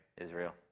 Israel